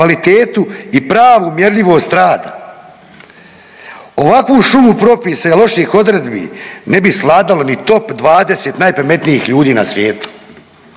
kvalitetu i pravu mjerljivost rada. Ovakvu šumu propisa i loših odredbi ne bi svladalo ni top 20 najpametnijih ljudi na svijetu.